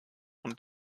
und